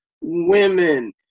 women